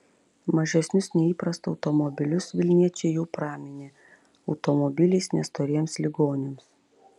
mažesnius nei įprasta automobilius vilniečiai jau praminė automobiliais nestoriems ligoniams